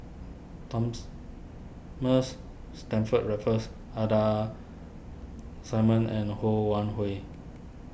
Thomas Mars Stamford Raffles Ida Simmons and Ho Wan Hui